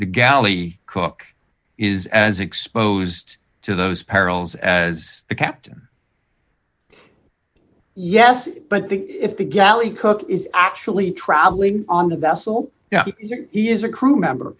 the galley cook is as exposed to those perils as the captain yes but the if the galley cook is actually traveling on the vessel he is a crew member